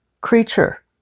creature